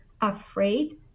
afraid